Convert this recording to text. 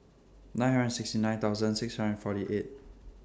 nine hundred sixty nine thousand six hundred forty eight